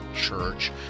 church